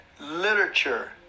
literature